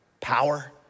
power